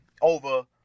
over